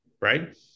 right